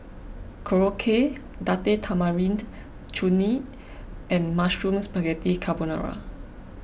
Korokke Date Tamarind Chutney and Mushroom Spaghetti Carbonara